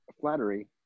flattery